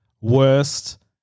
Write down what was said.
Worst